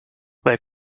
weil